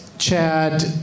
Chad